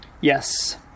yes